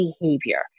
behavior